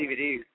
DVDs